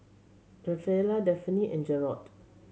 Rafaela Delphine and Jerod